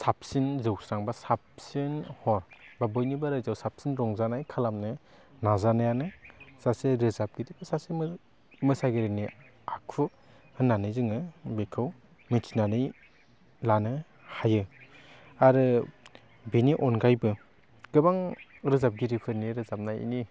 साबसिन जौस्रां बा साबसिन हर बा बयनिबो रायजोआव साबसिन रंजानाय खालामनो नाजायानो सासे रोजाबगिरि बा सासे मोसागिरिनि आखु होन्नानै जोङो बेखौ मिथिनानै लानो हायो आरो बिनि अनगायैबो गोबां रोजाबगिरिफोरनि रोजाबनायनि